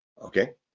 okay